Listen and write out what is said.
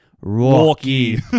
Rocky